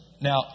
Now